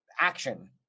action